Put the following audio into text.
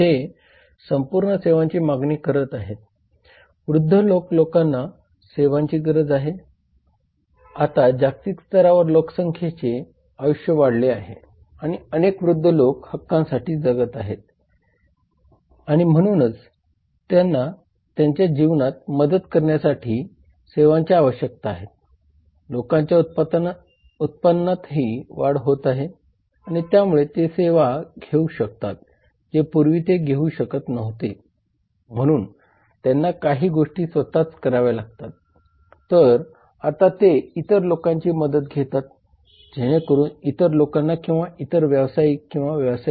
त्यामध्ये पुरवठादार ग्राहक सार्वजनिक मध्यस्थ प्रतिस्पर्धी भागधारक इत्यादींचा समावेश आहे आणि मग हे सूक्ष्म वातावरण हे स्थूल वातावरणामध्ये आहे आणि या सूक्ष्म वातावरणामध्ये राजकीय वातावरण सूक्ष्म वातावरण सामाजिक वातावरण आणि तांत्रिक वातावरणाचा समावेश आहे